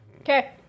Okay